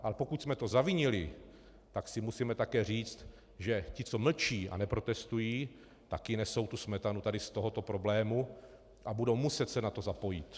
Ale pokud jsme to zavinili, tak si musíme také říct, že ti, co mlčí a neprotestují, taky nesou tu smetanu tady z tohoto problému a budou se muset zapojit.